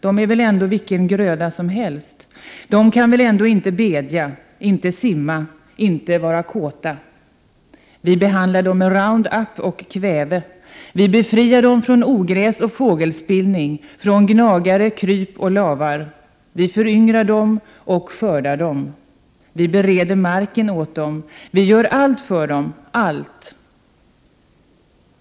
Dom är väl ändå vilken gröda som helst? Dom kan väl ändå inte bedja? inte simma? inte vara kåta? Vi behandlar dom med round-up och kväve. Vi befriar dom från ogräs och fågelspillning från gnagare, kryp och lavar. Vi föryngrar dom och skördar dom vi bereder marken åt dom -— vi gör allt för dom allt!